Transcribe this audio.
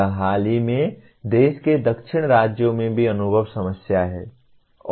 यह हाल ही में देश के दक्षिणी राज्यों में भी अनुभवी समस्या है